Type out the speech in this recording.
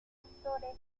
ascensores